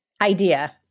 idea